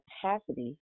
capacity